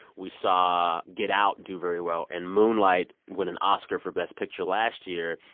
we saw get out do very well and moonlight win an oscar for best picture last year.